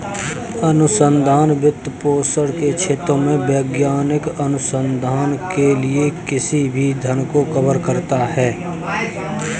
अनुसंधान वित्तपोषण के क्षेत्रों में वैज्ञानिक अनुसंधान के लिए किसी भी धन को कवर करता है